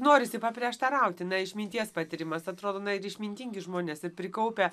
norisi paprieštarauti na išminties patyrimas atrodo na ir išmintingi žmonės prikaupia